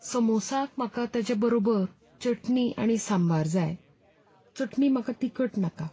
समोसाक म्हाका ताजे बरोबर चटणी आनी सांबार जाय चटणी म्हाका तिखट नाका